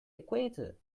equator